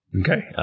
Okay